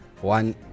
one